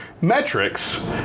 metrics